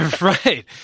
Right